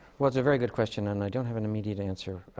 well, it's a very good question, and i don't have an immediate answer.